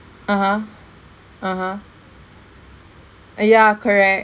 (uh huh) (uh huh) uh yeah correct